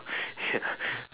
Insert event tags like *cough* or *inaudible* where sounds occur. ya *laughs*